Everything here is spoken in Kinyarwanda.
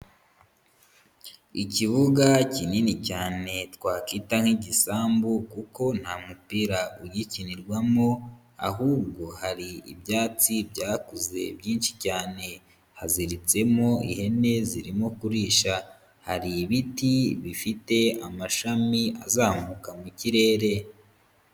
Ikibuga kinini cyane twakita nk'igisambu kuko nta mupira ugikinirwamo ahubwo hari ibyatsi byakuze byinshi cyane, haziritsemo ihene zirimo kurisha, hari ibiti bifite amashami azamuka mu kirere.